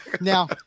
Now